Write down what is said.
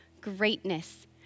greatness